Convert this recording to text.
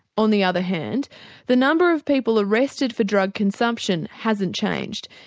on the other hand the number of people arrested for drug consumption hasn't changed.